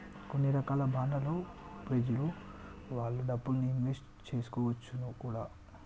కొన్ని రకాల బాండ్లలో ప్రెజలు వాళ్ళ డబ్బుల్ని ఇన్వెస్ట్ చేసుకోవచ్చును కూడా